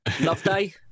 Loveday